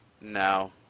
No